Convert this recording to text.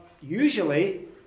usually